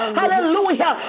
hallelujah